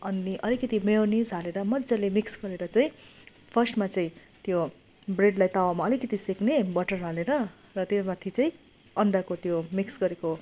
अनि अलिकति मेयोनिज हालेर मजाले मिक्स गरेर चाहिँ फर्स्टमा चाहिँ त्यो ब्रेडलाई तावामा अलिकति सेक्ने बटरमा हालेर र त्यो माथि चाहिँ अन्डाको त्यो मिक्स गरेको